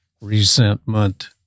resentment